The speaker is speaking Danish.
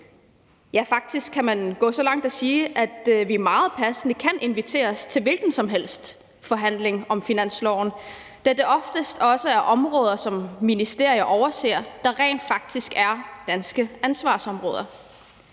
Ja, faktisk kan man gå så langt som til at sige, at vi meget passende kan inviteres til hvilken som helst forhandling om finansloven, da det oftest også er områder, som ministerier overser rent faktisk er danske ansvarsområder.